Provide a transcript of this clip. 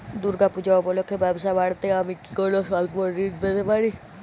দূর্গা পূজা উপলক্ষে ব্যবসা বাড়াতে আমি কি কোনো স্বল্প ঋণ পেতে পারি?